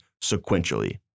sequentially